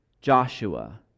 Joshua